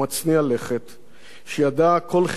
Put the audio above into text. שידע כל חלקה וכל מקום בארץ,